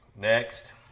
next